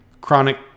chronic